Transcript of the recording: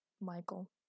Michael